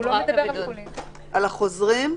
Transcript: על החוזרים,